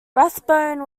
rathbone